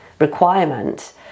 requirement